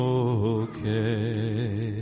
okay